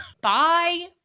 Bye